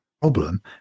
problem